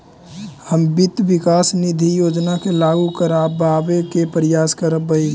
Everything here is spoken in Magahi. हम वित्त विकास निधि योजना के लागू करबाबे के प्रयास करबई